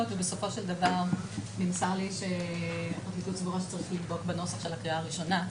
ובסופו של דבר נמסר לי שהפרקליטות -- בנוסח בקריאה הראשונה.